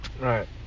right